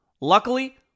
Luckily